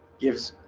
gives